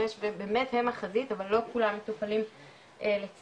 ובאמת הם החזית אבל לא כולם מטופלים לצערי